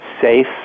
safe